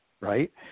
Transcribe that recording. right